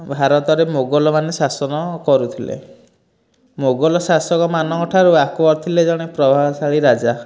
ଭାରତରେ ମୋଗଲମାନେ ଶାସନ କରୁଥିଲେ ମୋଗଲ ଶାସକ ମାନଙ୍କ ଠାରୁ ଆକବର ଥିଲେ ଜଣେ ପ୍ରଭାବଶାଳୀ ରାଜା